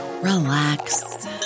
relax